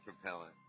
propellant